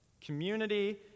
community